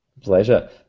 Pleasure